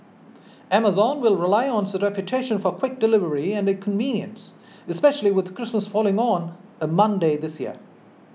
Amazon will rely on its reputation for quick delivery and convenience especially with Christmas falling on a Monday this year